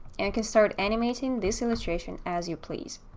and can start animating this illustration as you please,